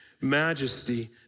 majesty